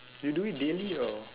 you do it daily or